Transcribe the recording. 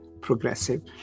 progressive